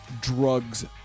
drugs